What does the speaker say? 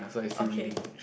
okay